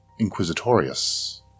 Inquisitorius